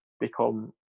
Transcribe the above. become